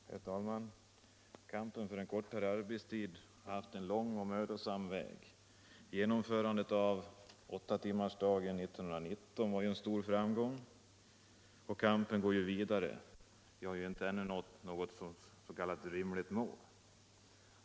Herr talman! Kampen för en kortare arbetstid har varit lång och mödosam. Genomförandet av 8-timmarsdagen 1919 var ju en stor framgång. Kampen går vidare — vi har ännu inte nått något s.k. rimligt mål.